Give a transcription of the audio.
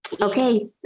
Okay